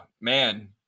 Man